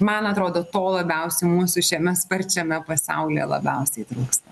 man atrodo to labiausiai mūsų šiame sparčiame pasaulyje labiausiai trūksta